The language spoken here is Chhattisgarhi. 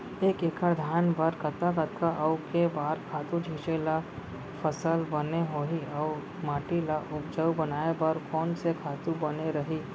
एक एक्कड़ धान बर कतका कतका अऊ के बार खातू छिंचे त फसल बने होही अऊ माटी ल उपजाऊ बनाए बर कोन से खातू बने रही?